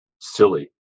silly